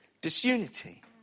disunity